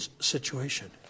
situation